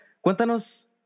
cuéntanos